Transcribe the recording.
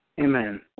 Amen